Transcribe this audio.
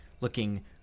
looking